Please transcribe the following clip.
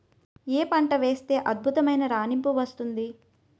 ఏ పంట వేస్తే అద్భుతమైన రాణింపు వస్తుంది?